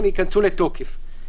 הם ייכנסו לרשומות.